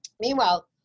Meanwhile